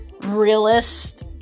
realist